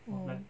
oh